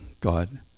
God